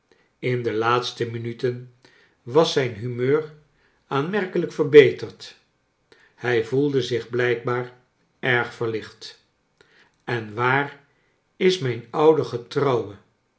in de laatste minuten was zijn humeur aanmerkelij k verbeterd hij voelde zich blijkbaar erg verlicht en waar is mijn oude